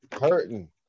Hurting